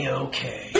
okay